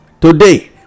Today